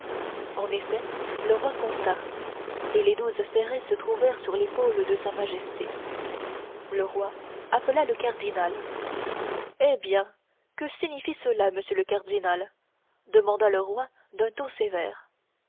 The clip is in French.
en effet le roi compta et les douze ferrets se trouvèrent sur l'épaule de sa majesté le roi appela le cardinal eh bien que signifie cela monsieur le cardinal demanda le roi d'un ton sévère